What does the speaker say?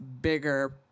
bigger